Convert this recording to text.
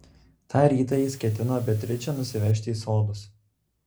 tą rytą jis ketino beatričę nusivežti į sodus